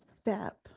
step